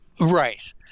Right